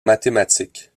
mathématiques